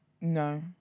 No